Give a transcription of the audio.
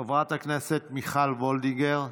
חברת הכנסת מיכל וולדיגר,